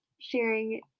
sharing